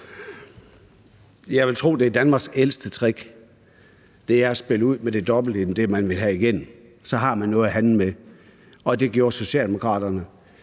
Jeg vil tro, at det er Danmarks ældste trick at spille ud med det dobbelte af det, man vil have igennem; så har man noget at handle med. Det gjorde Socialdemokraterne,